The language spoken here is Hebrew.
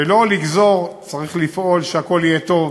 ולא לגזור, צריך לפעול שהכול יהיה טוב.